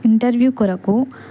interview కొరకు